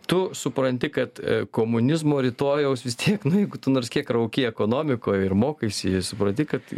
tu supranti kad komunizmo rytojaus vis tiek nu jeigu tu nors kiek rauki ekonomikoj ir mokaisi supranti kad